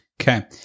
Okay